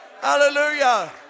Hallelujah